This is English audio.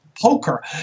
poker